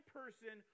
person